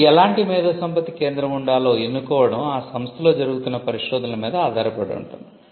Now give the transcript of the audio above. ఇప్పుడు ఎలాంటి మేధోసంపత్తి కేంద్రం ఉండాలో ఎన్నుకోవడం ఆ సంస్థలో జరుగుతున్న పరిశోధనల మీద ఆధారపడి ఉంటుంది